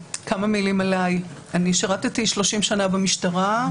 שירתי 30 שנה במשטרה,